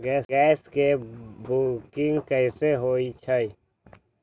Gas के booking कैसे होईछई?